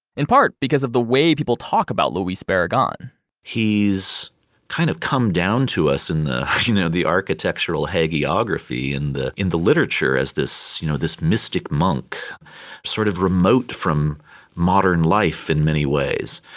in part because of the way people talk about luis barragan he's kind of come down to us in the you know the architecture hagiography, in the in the literature, as this you know this mystic monk sort of remote from modern life in many ways,